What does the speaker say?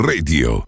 Radio